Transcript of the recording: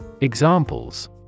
Examples